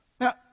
Now